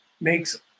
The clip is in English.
makes